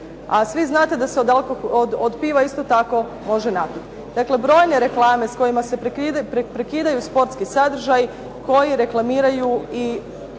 a svi znate da se od piva isto tako može napiti. Dakle, brojne reklame s kojima se prekidaju sportski sadržaji koji reklamiraju i